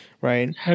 right